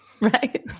Right